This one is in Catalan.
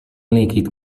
líquid